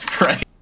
right